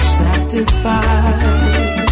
satisfied